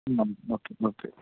okay okay